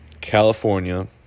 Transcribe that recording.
California